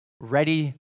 ready